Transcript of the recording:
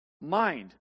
mind